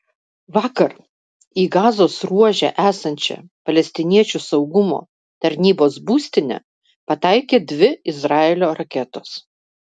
vakar į gazos ruože esančią palestiniečių saugumo tarnybos būstinę pataikė dvi izraelio raketos